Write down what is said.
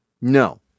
No